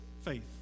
faith